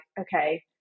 Okay